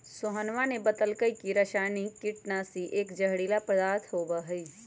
सोहनवा ने बतल कई की रसायनिक कीटनाशी एक जहरीला पदार्थ होबा हई